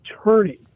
attorney